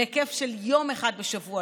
בהיקף של יום אחד בשבוע,